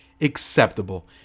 acceptable